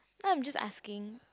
no I'm just asking